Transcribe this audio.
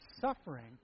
suffering